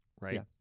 Right